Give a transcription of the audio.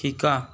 শিকা